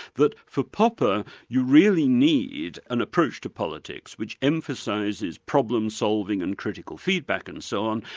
that for popper you really need an approach to politics which emphasises problem-solving and critical feedback and so on,